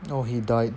oh he died